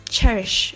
Cherish